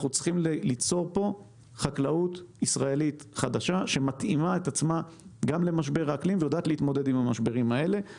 ליצור פה חקלאות ישראלית שיודעת להתאים את עצמה למשברים שציינתי.